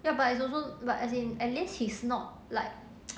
ya but it's also but as in at least he's not like